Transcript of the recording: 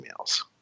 emails